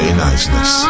niceness